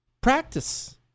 Practice